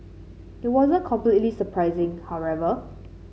it wasn't completely surprising however